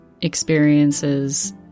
experiences